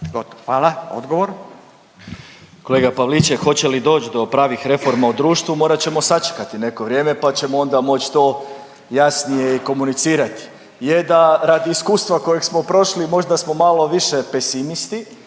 Marin (MOST)** Kolega Pavliček hoće li doći do pravih reformi u društvu morat ćemo sačekati neko vrijeme pa ćemo onda moć to jasnije i komunicirati. Je da radi iskustva koje smo prošli možda smo malo više pesimisti